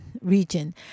region